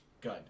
Good